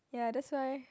ya that's why